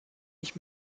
ich